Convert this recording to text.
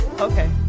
Okay